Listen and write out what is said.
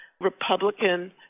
Republican